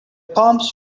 palms